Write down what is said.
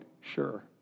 sure